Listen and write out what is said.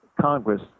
Congress